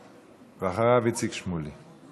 ואחריו, איציק שמולי.